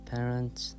Parents